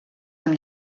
amb